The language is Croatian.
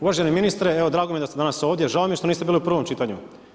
Uvaženi ministre, evo, drago mi je da ste danas ovdje, žao mi je što niste bili u prvom čitanju.